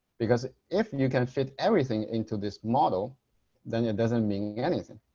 because if you can fit everything into this model then it doesn't mean anything.